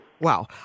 Wow